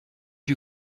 you